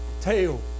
tail